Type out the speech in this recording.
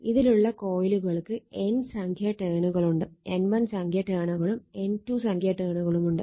ഇതിലുള്ള കോയിലുകൾക്ക് N സംഖ്യ ടേണുകളുണ്ട് N1 സംഖ്യ ടേണുകളും N2 സംഖ്യ ടേണുകളുമുണ്ട്